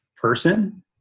person